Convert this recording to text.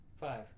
Five